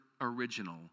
original